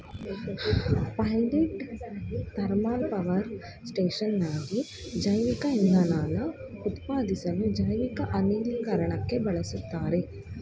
pilot thermal power ಸ್ಟೇಷನ್ಗಾಗಿ ಜೈವಿಕಇಂಧನನ ಉತ್ಪಾದಿಸ್ಲು ಜೈವಿಕ ಅನಿಲೀಕರಣಕ್ಕೆ ಬಳುಸ್ತಾರೆ